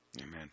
Amen